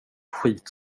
skit